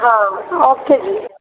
ਹਾਂ ਓਕੇ ਜੀ